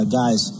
guys